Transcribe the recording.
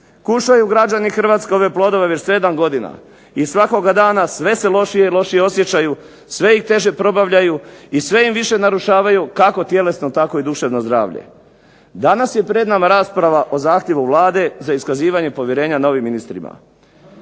Kušaju građani Hrvatske ove plodove već 7 godina, i svakoga dana sve se lošije i lošije osjećaju, sve ih teže probavljaju i sve im više narušavaju kako tjelesno, tako i duševno zdravlje. Danas je pred nama rasprava o zahtjevu Vlade za iskazivanje povjerenja novim ministrima.